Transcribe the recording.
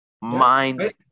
Mind